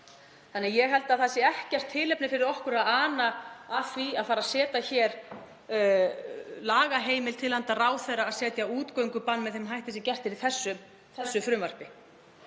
Þannig að ég held að það sé ekkert tilefni fyrir okkur að ana að því að fara að setja lagaheimild til handa ráðherra að setja útgöngubann með þeim hætti sem gert er í þessu frumvarpi.